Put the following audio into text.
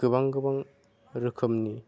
गोबां गोबां रोखोमनि